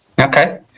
okay